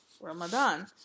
Ramadan